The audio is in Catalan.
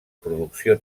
producció